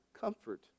comfort